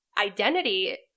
identity